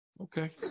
Okay